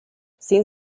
sin